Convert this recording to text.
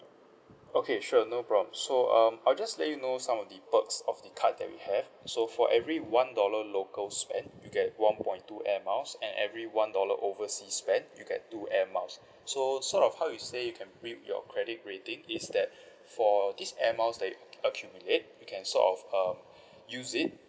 okay sure no problem so um I'll just let you know some of the perks of the card that we have so for every one dollar local spend you get one point two airmiles and every one dollar oversea spent you get two airmiles so sort of how you say you can rip your credit rating is that for this airmiles that you accumulate you can sort of um use it